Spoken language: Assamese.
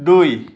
দুই